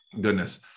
goodness